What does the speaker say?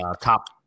top